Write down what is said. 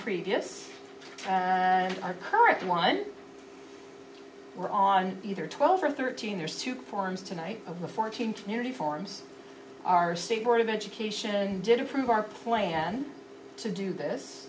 previous and our current one were on either twelve or thirteen there's two forms tonight of the fourteen community forms our state board of education did approve our plan to do this